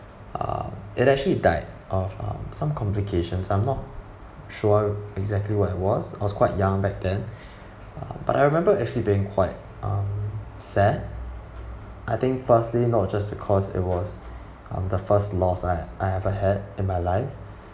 um it actually died of um some complications I'm not sure exactly what it was I was quite young back then um but I remember actually being quite um sad I think firstly not just because it was um the first loss right I ever had in my life